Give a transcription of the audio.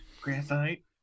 Graphite